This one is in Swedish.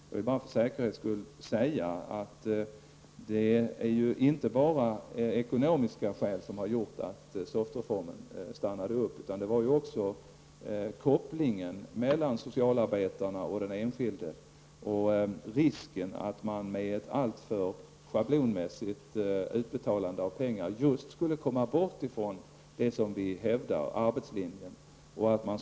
Jag vill för säkerhets skull bara säga att det ju inte var enbart ekonomiska skäl som gjorde att SOFT reformen stannade upp, utan också kopplingen mellan socialarbetarna och den enskilde och risken att man med ett alltför schablonmässigt utbetalande av pengar skulle komma bort just ifrån det som vi hävdar, dvs. arbetslinjen.